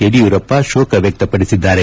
ಯುಡಿಯೂರಪ್ಪ ಶೋಕ ವ್ಯಕ್ತಪಡಿಸಿದ್ದಾರೆ